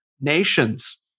nations